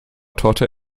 torte